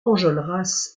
enjolras